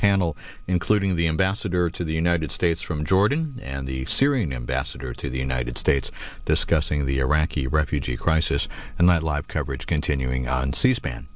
panel including the ambassador to the united states from jordan and the syrian ambassador to the united states discussing the iraqi refugee crisis and that live coverage continuing on c span